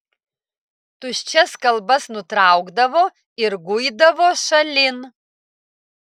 tuščias kalbas nutraukdavo ir guidavo šalin